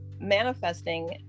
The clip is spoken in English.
manifesting